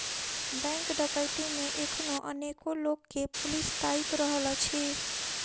bank डकैती मे एखनो अनेको लोक के पुलिस ताइक रहल अछि